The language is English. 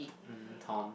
mmhmm Tom